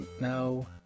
No